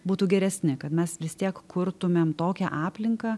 būtų geresni kad mes vis tiek kurtumėm tokią aplinką